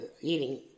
Eating